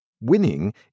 Winning